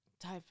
type